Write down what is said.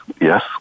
yes